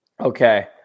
Okay